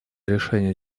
решение